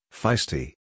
feisty